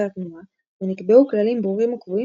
התנועה ונקבעו כללים ברורים וקבועים